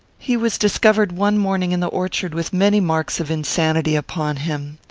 he was discovered one morning in the orchard with many marks of insanity upon him.